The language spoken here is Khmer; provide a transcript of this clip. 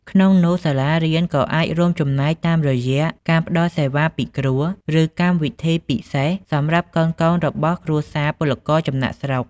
ក្នុងនោះសាលារៀនក៏អាចរួមចំណែកតាមរយៈ ការផ្តល់សេវាពិគ្រោះ ឬកម្មវិធីពិសេសសម្រាប់កូនៗរបស់គ្រួសារពលករចំណាកស្រុក។